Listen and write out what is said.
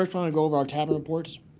first want to go over our tavern reports.